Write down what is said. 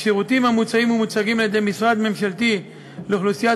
השירותים המוצעים והמוצגים על-ידי משרד ממשלתי לאוכלוסיית